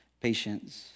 patience